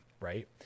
Right